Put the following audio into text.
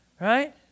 Right